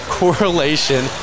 correlation